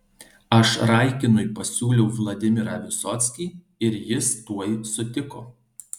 aš raikinui pasiūliau vladimirą visockį ir jis tuoj sutiko